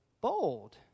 bold